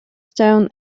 stone